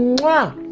wow,